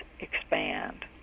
expand